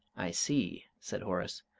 i see, said horace.